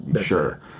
sure